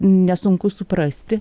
nesunku suprasti